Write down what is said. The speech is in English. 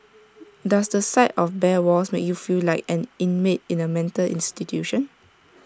does the sight of bare walls make you feel like an inmate in A mental institution